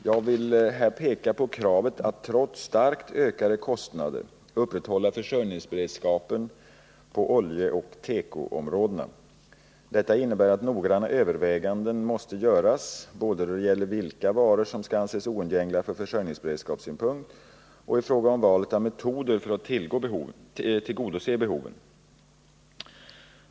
Jag vill här peka på kravet att trots starkt ökade kostnader upprätthålla försörjningsberedskapen på oljeoch tekoområdena. Detta innebär att noggranna överväganden måste göras både då det gäller vilka varor som skall anses oundgängliga från försörjningsberedskapssynpunkt och i fråga om valet av metoder för att tillgodose behoven.